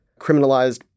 criminalized